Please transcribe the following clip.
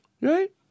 Right